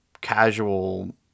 casual